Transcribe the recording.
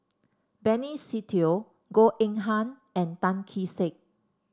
Benny Se Teo Goh Eng Han and Tan Kee Sek